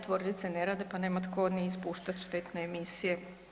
Tvornice ne rade pa nema tko ni ispuštati štetne emisije.